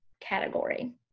category